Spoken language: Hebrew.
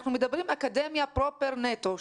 אנחנו מדברים אקדמיה פרופר נטו.